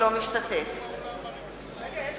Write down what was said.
אינו משתתף בהצבעה רגע, יש